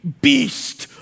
beast